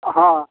अँ हँ